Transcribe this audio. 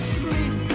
sleep